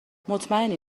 مطمئنی